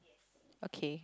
okay